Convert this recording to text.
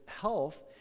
health